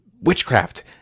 witchcraft